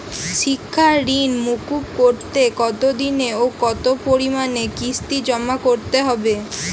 শিক্ষার ঋণ মুকুব করতে কতোদিনে ও কতো পরিমাণে কিস্তি জমা করতে হবে?